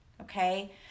okay